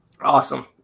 Awesome